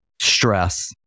stress